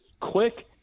quick